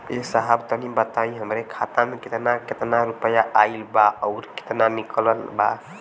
ए साहब तनि बताई हमरे खाता मे कितना केतना रुपया आईल बा अउर कितना निकलल बा?